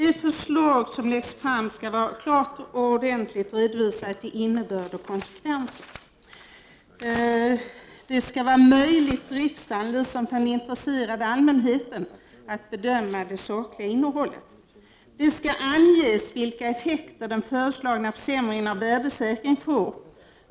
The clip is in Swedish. De förslag som läggs fram skall vara klart och ordentligt redovisade till innebörd och konsekvenser. Det skall vara möjligt för riksdagen — liksom för den intresserade allmänheten — att bedöma det sakliga innehållet. Det skall anges vilka effekter den föreslagna försämringen av värdesäkringen får.